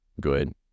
good